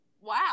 wow